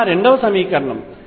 అది 2 వ సమీకరణం